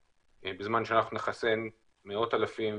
נתחיל כמובן באוכלוסייה